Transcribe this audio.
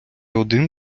один